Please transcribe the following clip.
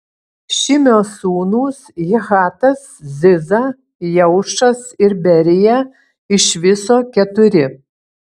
šimio sūnūs jahatas ziza jeušas ir berija iš viso keturi